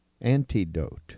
antidote